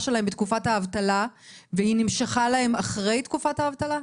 שלהם בתקופת האבטלה והיא נמשכה להם אחרי תקופת האבטלה?